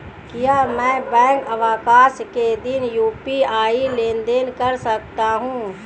क्या मैं बैंक अवकाश के दिन यू.पी.आई लेनदेन कर सकता हूँ?